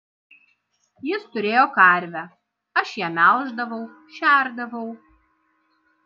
jis turėjo karvę aš ją melždavau šerdavau